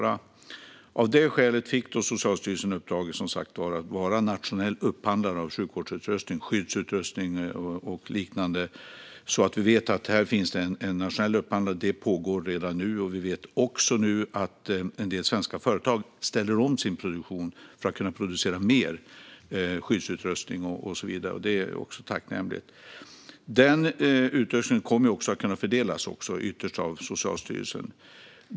Av det skälet fick Socialstyrelsen i uppdrag att vara nationell upphandlare av sjukvårdsutrustning, skyddsutrustning och liknande. Här finns en nationell upphandling, och den pågår redan nu. Vi vet också nu att en del svenska företag ställer om sin produktion för att kunna producera mer skyddsutrustning. Det är också tacknämligt. Utrustningen kommer ytterst att fördelas av Socialstyrelsen.